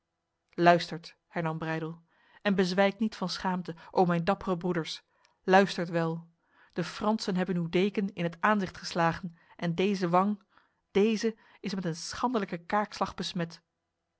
luistert hernam breydel en bezwijkt niet van schaamte o mijn dappere broeders luistert wel de fransen hebben uw deken in het aanzicht geslagen en deze wang deze is met een schandelijke kaakslag besmet